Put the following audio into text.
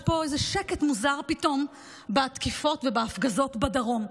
יש פה איזה שקט מוזר פתאום בתקיפות ובהפגזות בדרום.